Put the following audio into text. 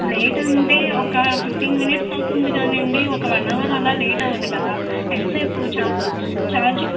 late అంటే ఒక fifteen minutes అవుతుంది కానీ అండి ఒక వన్ అవర్ అలా లేట్ అవ్వదు కదా ఎంత సేపు ఛార్జ్ చార్జ్